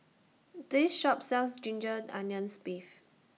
This Shop sells Ginger Onions Beef